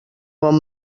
bon